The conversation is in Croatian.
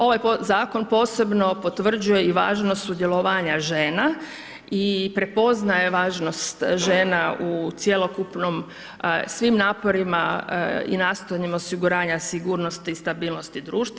Ovaj Zakon posebno potvrđuje i važnost sudjelovanja žena i prepoznaje važnost žena u cjelokupnom, svim naporima i nastojanjima osiguranja sigurnosti i stabilnosti društva.